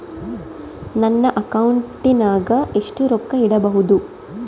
ನನ್ನ ಅಕೌಂಟಿನಾಗ ಎಷ್ಟು ರೊಕ್ಕ ಇಡಬಹುದು?